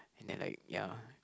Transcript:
and like ya